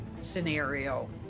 scenario